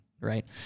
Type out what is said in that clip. right